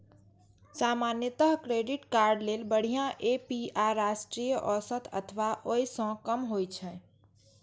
सामान्यतः credit card लेल बढ़िया ए.पी.आर राष्ट्रीय औसत अथवा ओइ सं कम होइ छै